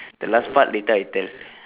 the last part later I tell